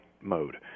mode